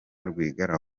rwigara